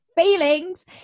feelings